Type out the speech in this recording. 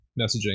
messaging